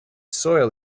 soil